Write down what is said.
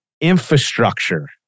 infrastructure